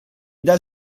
dal